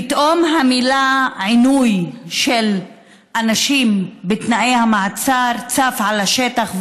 פתאום המילה "עינוי" של אנשים בתנאי המעצר צפה על פני השטח,